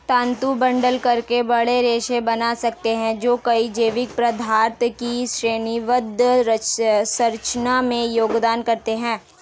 तंतु बंडल करके बड़े रेशे बना सकते हैं जो कई जैविक पदार्थों की श्रेणीबद्ध संरचना में योगदान करते हैं